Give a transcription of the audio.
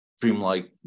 dreamlike